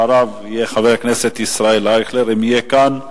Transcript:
אחריו, חבר הכנסת אייכלר, אם יהיה כאן,